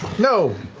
no,